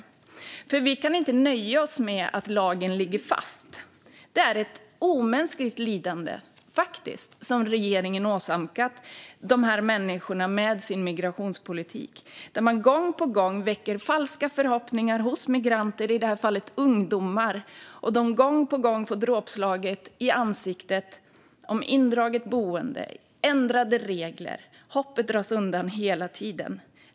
Vi kan nämligen inte nöja oss med svaret att lagen ligger fast, för det är ett omänskligt lidande - faktiskt - som regeringen har åsamkat dessa människor med sin migrationspolitik. Gång på gång väcker man falska förhoppningar hos migranter, i det här fallet ungdomar, och gång på gång får de slag i ansiktet i form av indraget boende och ändrade regler. Hoppet dras hela tiden undan.